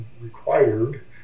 required